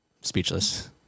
Speechless